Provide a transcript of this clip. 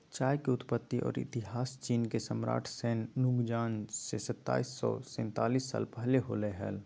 चाय के उत्पत्ति और इतिहासचीनके सम्राटशैन नुंगआज से सताइस सौ सेतीस साल पहले होलय हल